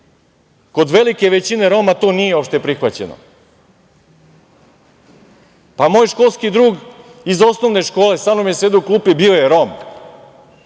Kod velike većine Roma to nije opšte prihvaćeno. Moj školski drug iz osnovne škole, sa mnom je sedeo u klupi, bio je Rom.